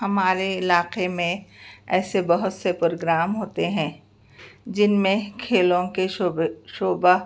ہمارے علاقے میں ایسے بہت سے پروگرام ہوتے ہیں جن میں کھیلوں کے شعبے شعبہ